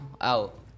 out